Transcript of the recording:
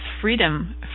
Freedom